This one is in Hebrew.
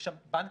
יש שם בנקים.